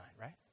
right